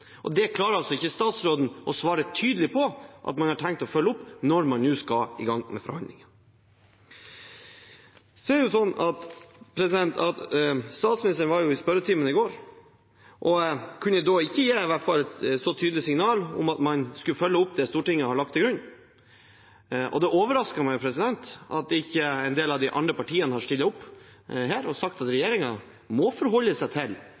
og det klarer altså ikke statsråden å svare tydelig på at man har tenkt å følge opp, når man nå skal i gang med forhandlingene. Statsministeren var i spørretimen i går og kunne da i hvert fall ikke gi et så tydelig signal om at man skulle følge opp det Stortinget har lagt til grunn. Det overrasker meg at ikke en del av de andre partiene har stilt opp her og sagt at regjeringen må forholde seg til